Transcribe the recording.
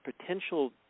potential